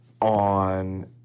on